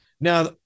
Now